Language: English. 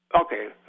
Okay